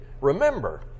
Remember